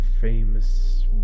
famous